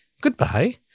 goodbye